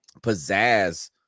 pizzazz